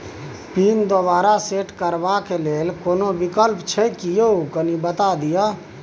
Pin दोबारा set करबा के लेल कोनो विकल्प छै की यो कनी बता देत?